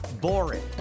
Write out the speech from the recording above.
boring